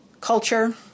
culture